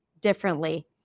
differently